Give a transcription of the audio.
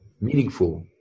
meaningful